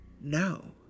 No